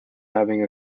having